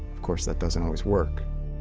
of course, that doesn't always work.